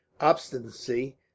obstinacy